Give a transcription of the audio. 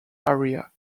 area